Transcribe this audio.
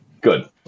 Good